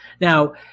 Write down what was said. Now